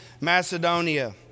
Macedonia